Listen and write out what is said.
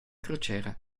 crociera